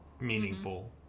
meaningful